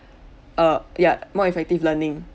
uh ya more effective learning